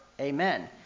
Amen